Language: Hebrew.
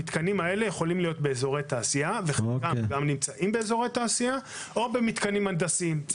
המתקנים האלה יכולים להיות באזורי תעשייה או במתקנים הנדסיים.